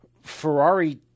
Ferrari